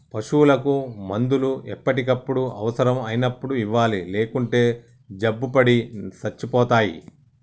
పశువులకు మందులు ఎప్పటికప్పుడు అవసరం అయినప్పుడు ఇవ్వాలి లేకుంటే జబ్బుపడి సచ్చిపోతాయి